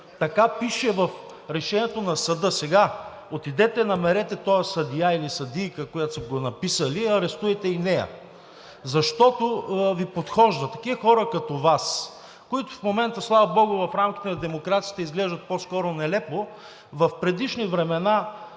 Така пише в решението на съда. Сега, отидете, намерете този съдия или съдийка, които са го написали – арестувайте и нея, защото Ви подхожда. Такива хора като Вас, които в момента, слава богу, в рамките на демокрацията изглеждат по-скоро нелепо, в предишни времена